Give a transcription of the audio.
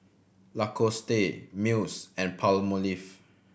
Lacoste Miles and Palmolive